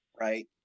right